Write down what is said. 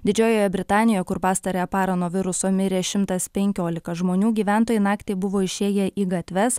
didžiojoje britanijoje kur pastarąją parą nuo viruso mirė šimtas penkiolika žmonių gyventojai naktį buvo išėję į gatves